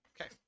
okay